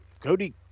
Cody